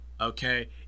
Okay